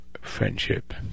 friendship